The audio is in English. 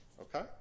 okay